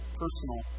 personal